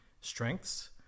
strengths